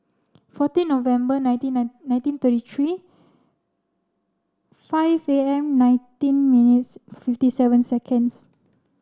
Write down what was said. fourteen November nineteen nine nineteen thirty three five P M nineteen minutes fifty seven seconds